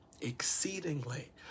exceedingly